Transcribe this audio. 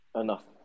enough